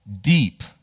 deep